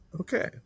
Okay